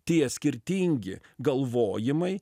tie skirtingi galvojimai